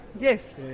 Yes